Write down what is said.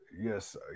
Yes